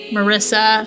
Marissa